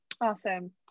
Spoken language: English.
Awesome